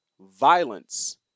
violence